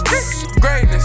Greatness